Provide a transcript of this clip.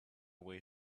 way